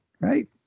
Right